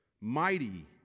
mighty